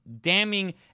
damning